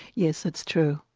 yes, it's true,